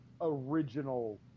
original